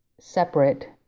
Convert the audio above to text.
separate